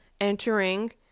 entering